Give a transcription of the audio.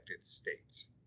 states